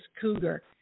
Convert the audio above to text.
Cougar